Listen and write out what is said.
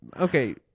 Okay